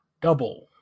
Double